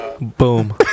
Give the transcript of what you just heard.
Boom